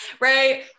right